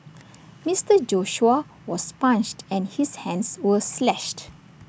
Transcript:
Mister Joshua was punched and his hands were slashed